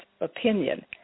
opinion